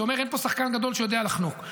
שאומר שאין פה שחקן גדול שיודע לחנוק,